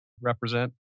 Represent